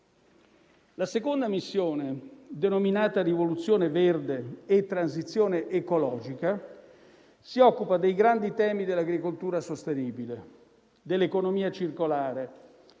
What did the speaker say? La seconda missione, denominata rivoluzione verde e transizione ecologica, si occupa dei grandi temi dell'agricoltura sostenibile, dell'economia circolare,